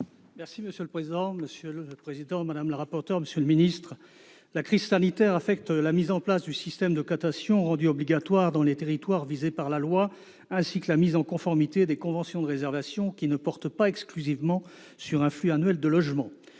pour présenter l'amendement n° 45 rectifié. La crise sanitaire affecte la mise en place du système de cotation rendu obligatoire dans les territoires visés par la loi ainsi que la mise en conformité des conventions de réservation qui ne portent pas exclusivement sur un flux annuel de logements.